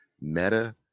Meta